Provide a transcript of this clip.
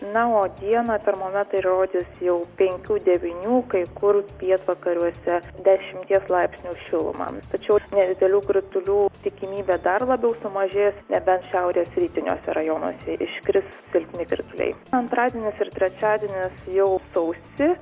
na o dieną termometrai rodys jau penkių devynių kai kur pietvakariuose dešimties laipsnių šilumą tačiau nedidelių kritulių tikimybė dar labiau sumažės nebent šiaurės rytiniuose rajonuose iškris silpni krituliai antradienis ir trečiadienis jau sausi